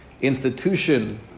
institution